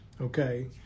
okay